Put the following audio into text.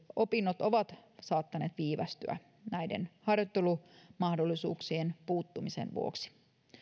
opinnot ovat saattaneet viivästyä näiden harjoittelumahdollisuuksien puuttumisen vuoksi